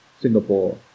Singapore